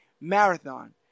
marathon